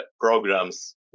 programs